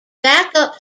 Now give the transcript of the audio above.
backup